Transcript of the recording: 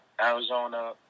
Arizona